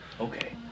Okay